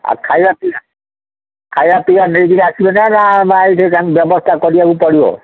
ଆଉ ଖାଇବା ପିଇବା ଖାଇବା ପିଇବା ନେଇକରି ଆସିବେନା ବା ଏଠି ବ୍ୟବସ୍ଥା କରିବାକୁ ପଡ଼ିବ